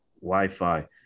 wi-fi